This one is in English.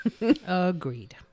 agreed